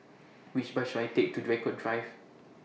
Which Bus should I Take to Draycott Drive